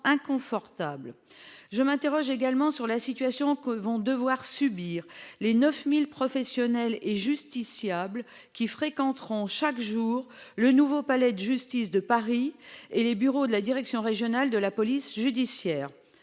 inconfortables. Je m'interroge également sur la situation des 9 000 professionnels et justiciables qui fréquenteront chaque jour le nouveau palais de justice de Paris et les bureaux de la direction régionale de la police judiciaire.